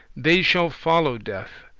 they shall follow death,